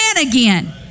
again